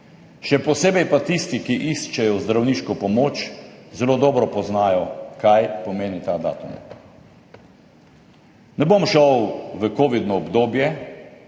še posebej pa tisti, ki iščejo zdravniško pomoč, zelo dobro poznajo, kaj pomeni ta datum. Ne bom šel v kovidno obdobje.